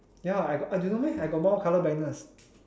ya I got I do you know I got mild color blindness